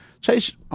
Chase